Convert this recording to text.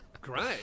Great